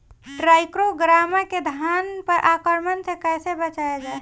टाइक्रोग्रामा के धान पर आक्रमण से कैसे बचाया जाए?